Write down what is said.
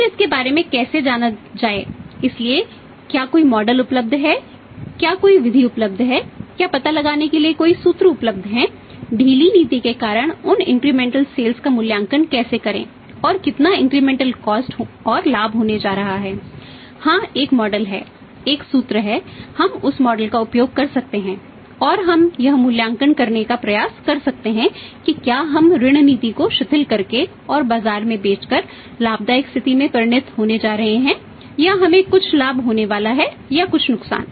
फिर इसके बारे में कैसे जाना जाए इसलिए क्या कोई मॉडल का उपयोग कर सकते हैं और हम यह मूल्यांकन करने का प्रयास कर सकते हैं कि क्या हम ऋण नीति को शिथिल करके और बाजार में बेचकर लाभदायक स्थिति में परिणत होने जा रहे हैं या हमें कुछ लाभ होने वाला है या कुछ नुकसान